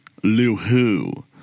Luhu